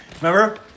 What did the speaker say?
Remember